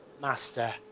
master